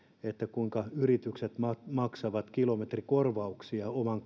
kuinka yritykset maksavat kilometrikorvauksia oman